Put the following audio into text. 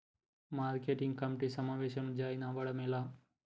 Market committee సమావేశంలో జాయిన్ అవ్వడం ఎలా?